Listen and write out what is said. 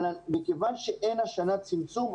אבל מכיוון שאין השנה צמצום,